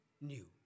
new